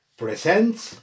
presents